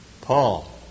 Paul